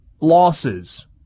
losses